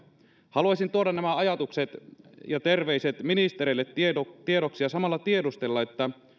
haluaisin tuoda nämä ajatukset ja terveiset ministereille tiedoksi ja samalla tiedustella